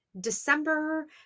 December